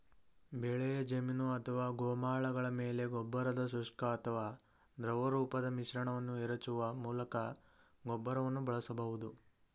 ಬೆಳೆಯ ಜಮೀನು ಅಥವಾ ಗೋಮಾಳಗಳ ಮೇಲೆ ಗೊಬ್ಬರದ ಶುಷ್ಕ ಅಥವಾ ದ್ರವರೂಪದ ಮಿಶ್ರಣವನ್ನು ಎರಚುವ ಮೂಲಕ ಗೊಬ್ಬರವನ್ನು ಬಳಸಬಹುದು